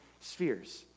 spheres